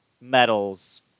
medals